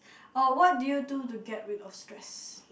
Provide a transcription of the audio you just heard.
oh what do you do to get rid of stress